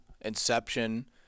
Inception